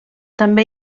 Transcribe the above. també